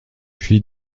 puis